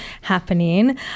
happening